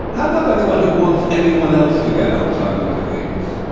hands up anyone who wants anyone else to get alzheimer's disease.